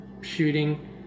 shooting